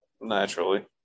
Naturally